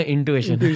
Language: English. Intuition